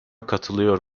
katılıyor